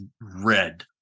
red